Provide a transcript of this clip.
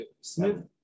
Smith